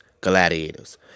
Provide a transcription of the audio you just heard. gladiators